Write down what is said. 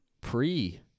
pre